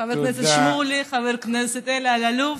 חבר הכנסת שמולי, חבר הכנסת אלי אלאלוף.